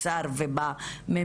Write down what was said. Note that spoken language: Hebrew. לסגור את הפערים ולהפסיק אפליה מובנית